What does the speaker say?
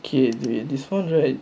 K do it this phone right